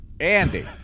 Andy